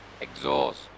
exhaust